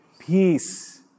Peace